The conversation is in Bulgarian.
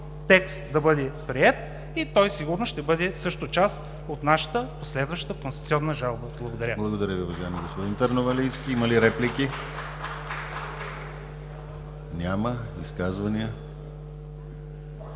текст да бъде приет и той сигурно ще бъде също част от нашата последваща конституционна жалба. Благодаря.